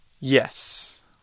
Yes